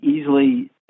easily